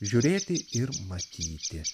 žiūrėti ir matyti